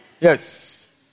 Yes